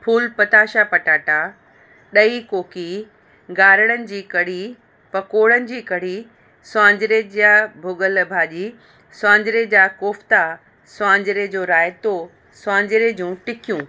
फ़ूल पताशा पटाटा ॾही कोकी गारड़नि जी कढ़ी पकौड़नि जी कढ़ी स्वांजरे जा भुॻल भाॼी स्वांजरे जा कोफ़्ता स्वांजरे जो रायतो स्वांजरे जूं टिक्कियूं